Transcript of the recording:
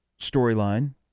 storyline